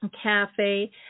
Cafe